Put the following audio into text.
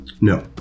No